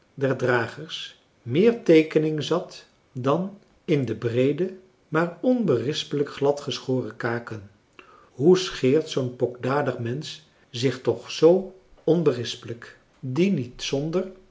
der dragers meer teekening zat dan in de breede maar onberispelijk gladgeschoren kaken hoe scheert zoo'n pokdalig mensch zich toch zoo onberispelijk die niet zonder